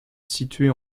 située